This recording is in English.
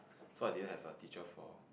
so I didn't have a teacher for